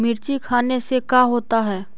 मिर्ची खाने से का होता है?